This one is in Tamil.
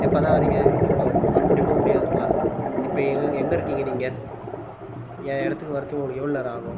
எப்போதான் வரீங்க இப்போ வர முடியுமா முடியாதுங்களா இப்போ எங் எங்கிருக்கிங்க நீங்கள் என் இடத்துக்கு வர்றத்துக்கு உங்களுக்கு எவ்வளோ நேரம் ஆகும்